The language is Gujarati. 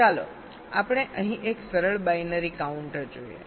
તો ચાલો આપણે અહીં એક સરળ બાઈનરી કાઉન્ટર જોઈએ